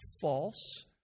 false